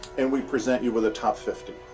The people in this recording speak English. and we present you with the top fifty,